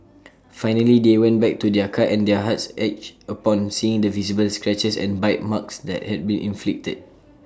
finally they went back to their car and their hearts ached upon seeing the visible scratches and bite marks that had been inflicted